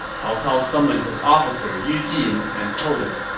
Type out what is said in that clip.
cao cao summoned his officer yu jin and told him,